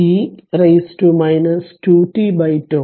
ഇത് സമവാക്യം 27 ആണ്